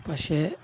പക്ഷേ